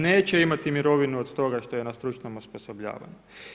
Neće imati mirovinu, od toga što je na stručnom osposobljavanju.